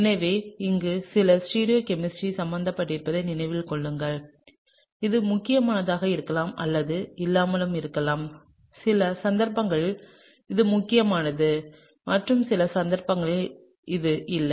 எனவே இங்கே சில ஸ்டீரியோ கெமிஸ்ட்ரி சம்பந்தப்பட்டிருப்பதை நினைவில் கொள்ளுங்கள் இது முக்கியமானதாக இருக்கலாம் அல்லது இல்லாமலும் இருக்கலாம் சில சந்தர்ப்பங்களில் இது முக்கியமானது மற்றும் சில சந்தர்ப்பங்களில் அது இல்லை